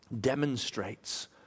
demonstrates